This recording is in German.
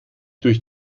durch